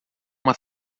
uma